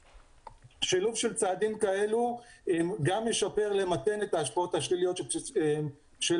שילוב של צעדים כאלו ישפר למתן את ההשפעות השליליות של שינויי